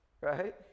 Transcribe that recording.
right